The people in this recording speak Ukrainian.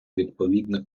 відповідних